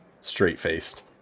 straight-faced